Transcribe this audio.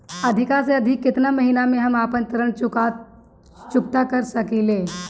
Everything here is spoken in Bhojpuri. अधिक से अधिक केतना महीना में हम आपन ऋण चुकता कर सकी ले?